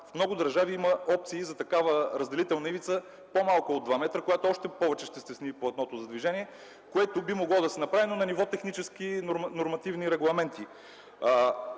В много държави има опции за такава разделителна ивица, по-малко от два метра, която още повече ще стесни платното за движение, което би могло да се направи, но на ниво технически нормативни регламенти.